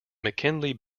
mckinley